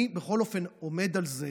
אני, בכל אופן, עומד על זה